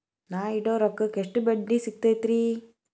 ನಾ ಇಡೋ ರೊಕ್ಕಕ್ ಎಷ್ಟ ಬಡ್ಡಿ ಸಿಕ್ತೈತ್ರಿ?